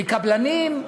מקבלנים?